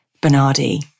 Bernardi